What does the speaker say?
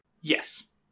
Yes